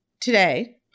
today